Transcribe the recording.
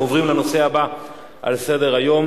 נעבור להצעות לסדר-היום